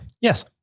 Yes